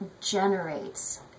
generates